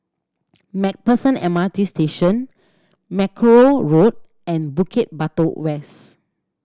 Macpherson M R T Station Mackerrow Road and Bukit Batok West